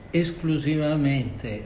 esclusivamente